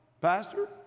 pastor